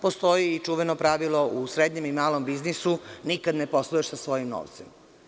Postoji čuveno pravilo u srednjem i malom biznisu, nikada ne posluješ sa svojim novcem.